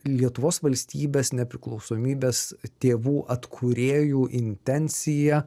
lietuvos valstybės nepriklausomybės tėvų atkūrėjų intencija